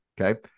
Okay